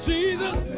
Jesus